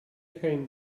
came